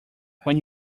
when